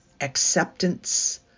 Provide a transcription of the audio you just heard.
acceptance